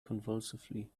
convulsively